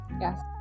Yes